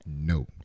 no